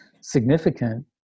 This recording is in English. significant